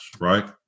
right